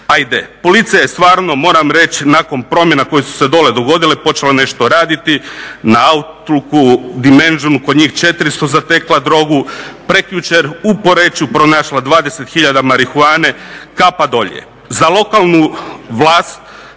Ajde, policija je stvarno moram reći nakon promjena koje su se dole dogodile počela nešto raditi na Outlooku, Dimensionu, kod njih 400 zatekla droga, prekjučer u Poreču pronašla 20 tisuća marihuane. Kapa dolje.